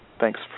Thanks